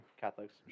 Catholics